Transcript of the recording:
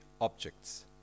objects